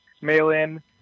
mail-in